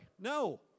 No